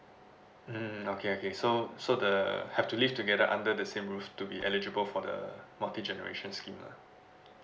mm okay okay so so the have to live together under the same roof to be eligible for the multi generation scheme lah